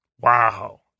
Wow